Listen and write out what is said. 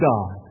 God